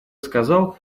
сказал